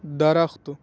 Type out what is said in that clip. درخت